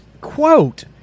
quote